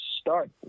start